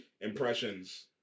Impressions